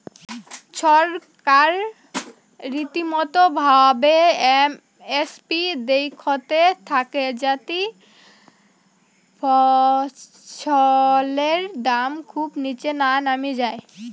ছরকার রীতিমতো ভাবে এম এস পি দেইখতে থাকে যাতি ফছলের দাম খুব নিচে না নামি যাই